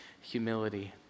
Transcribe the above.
humility